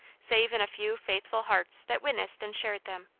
save in a few faithful hearts that witnessed and shared them.